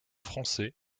français